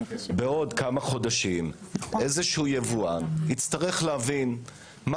עוד כמה חודשים איזשהו יבואן יצטרך להבין מה